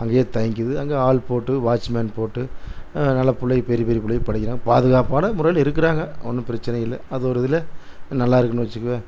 அங்கே தங்கிக்கிது அங்கே ஆள் போட்டு வாட்ச் மேன் போட்டு நல்ல பிள்ளைங்க பெரிய பெரிய பிள்ளைங்க படிக்கிறாங்க பாதுகாப்பான முறையில் இருக்கிறாங்க ஒன்றும் பிரச்சனை இல்லை அது ஒரு இதில் நல்லா இருக்குதுன்னு வச்சிக்கயன்